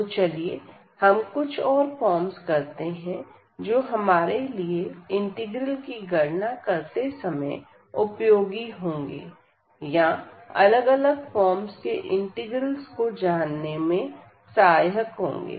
तो चलिए हम कुछ और फॉर्म्स करते हैं जो हमारे लिए इंटीग्रल की गणना करते समय उपयोगी होंगे या अलग अलग फॉर्म्स के इंटीग्रल्स को जानने में सहायक होंगे